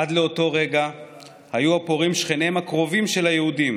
עד לאותו רגע היו הפורעים שכניהם הקרובים של היהודים,